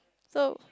so